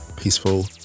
Peaceful